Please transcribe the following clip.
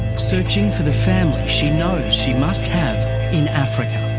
searching for the family she knows she must have in africa.